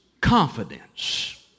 confidence